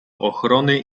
ochrony